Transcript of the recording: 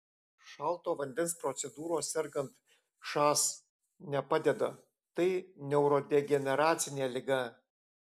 šalto vandens procedūros sergant šas nepadeda tai neurodegeneracinė liga